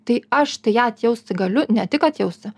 tai aš tai ją atjausti galiu ne tik atjausti